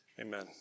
Amen